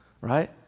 right